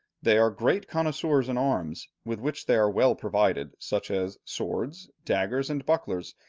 they are great connoisseurs in arms, with which they are well provided, such as swords, daggers, and bucklers,